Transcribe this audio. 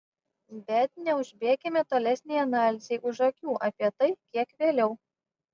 bet neužbėkime tolesnei analizei už akių apie tai kiek vėliau